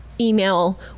email